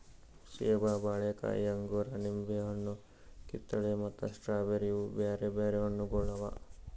ಸೇಬ, ಬಾಳೆಕಾಯಿ, ಅಂಗೂರ, ನಿಂಬೆ ಹಣ್ಣು, ಕಿತ್ತಳೆ ಮತ್ತ ಸ್ಟ್ರಾಬೇರಿ ಇವು ಬ್ಯಾರೆ ಬ್ಯಾರೆ ಹಣ್ಣುಗೊಳ್ ಅವಾ